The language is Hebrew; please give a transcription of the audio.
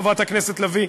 חברת הכנסת לביא,